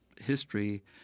history